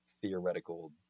theoretical